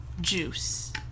juice